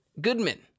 Goodman